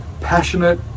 passionate